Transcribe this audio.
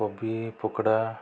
କୋବି ପକୋଡ଼ା